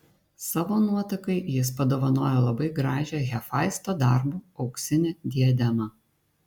savo nuotakai jis padovanojo labai gražią hefaisto darbo auksinę diademą